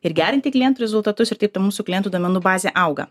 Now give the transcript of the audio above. ir gerinti klientų rezultatus ir taip ta mūsų klientų duomenų bazė auga